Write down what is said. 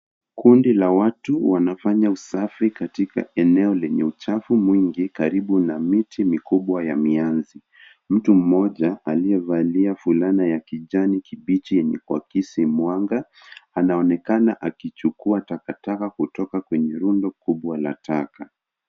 Kundi la watu wanafanya usafi katika eneo lenye uchafu mwingi karibu na miti mikubwa ya mianzi. Mtu mmoja aliyevalia fulana ya kijani kibichi yenye kuakisi mwanga anaonekana akichukua takataka kutoka kwenye rundo kubwa la taka.